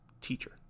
teacher